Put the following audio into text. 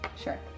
Sure